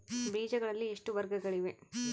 ಬೇಜಗಳಲ್ಲಿ ಎಷ್ಟು ವರ್ಗಗಳಿವೆ?